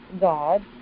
God